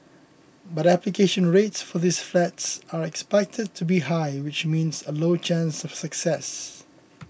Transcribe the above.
but application rates for these flats are expected to be high which means a lower chance of success